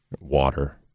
water